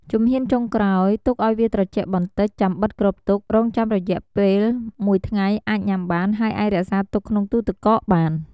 ជំហានចុងក្រោយ ទុកឱ្យវាត្រជាក់បន្តិច ចាំបិទគ្របទុក រងចាំរយ:ពេលមួយថ្ងៃអាចញាំបាន ហើយអាចរក្សាទុកក្នុងទូរទឹកកកបាន។